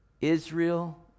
Israel